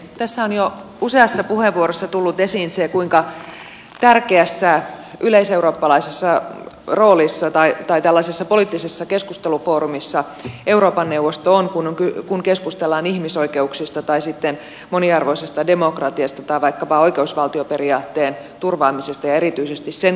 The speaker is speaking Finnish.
tässä on jo useassa puheenvuorossa tullut esiin se kuinka tärkeässä yleiseurooppalaisessa poliittisessa keskustelufoorumissa euroopan neuvosto on kun keskustellaan ihmisoikeuksista tai sitten moniarvoisesta demokratiasta tai vaikkapa oikeusvaltioperiaatteen turvaamisesta ja erityisesti sen kehittämisestä